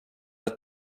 att